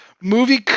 Movie